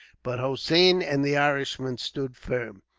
but hossein and the irishman stood firm.